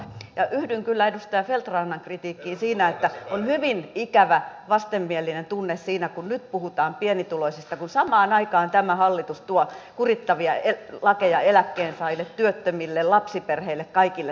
ja yhdyn kyllä edustaja feldt rannan kritiikkiin siinä että on hyvin ikävä vastenmielinen tunne siinä kun nyt puhutaan pienituloisista kun samaan aikaan tämä hallitus tuo kurittavia lakeja eläkkeensaajille työttömille lapsiperheille kaikille näille